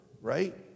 right